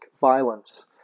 violence